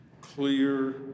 clear